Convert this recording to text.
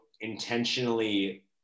intentionally